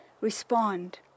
respond